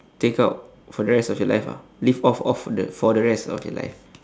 take out for the rest of your life ah live off of for the for the rest of the life